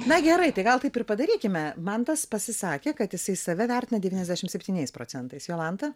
na gerai tai gal taip ir padarykime mantas pasisakė kad jisai save vertina devyniasdešimt septyniais procentais jolanta